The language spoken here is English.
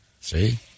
See